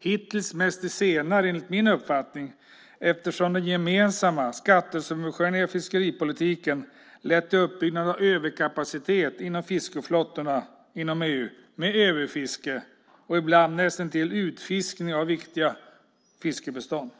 Hittills mest det senare, enligt min uppfattning, eftersom den gemensamma skattesubventionerade fiskeripolitiken lett till uppbyggnad av överkapacitet inom fiskeflottorna inom EU med överfiske och ibland näst intill utfiskning av viktiga fiskebestånd.